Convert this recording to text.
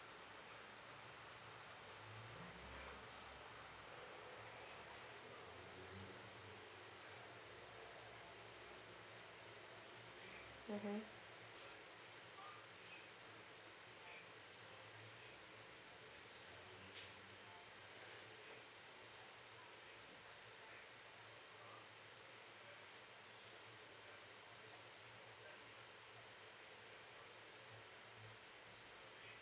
mmhmm